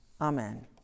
Amen